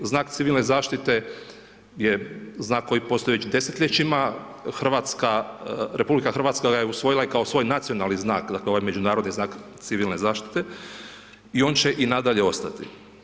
Znak civilne zaštite je znak koji postoji već desetljećima, RH ga je usvojila i kao svoj nacionalni znak, dakle, ovaj međunarodni znak civilne zaštite i on će i nadalje ostati.